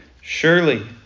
Surely